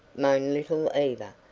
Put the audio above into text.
moaned little eva,